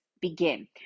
begin